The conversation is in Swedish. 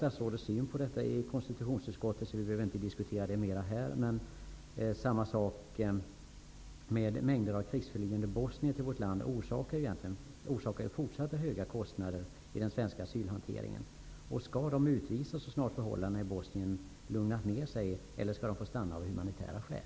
Statsrådet har ju redogjort för sin syn på detta i utskottet, så vi behöver inte ta upp den diskussionen här. Men det förhåller sig likadant med de många krigsflyende bosnier som kommer hit. De förorsakar ju fortsatta höga kostnader i den svenska asylhanteringen. Skall de utvisas så snart förhållandena i Bosnien lugnat ner sig, eller skall de få stanna av humanitära skäl?